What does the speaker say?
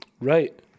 Right